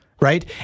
right